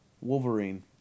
Wolverine